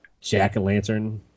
Jack-o'-lantern